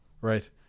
Right